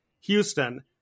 Houston